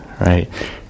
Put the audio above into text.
right